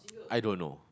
I don't know